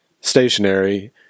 stationary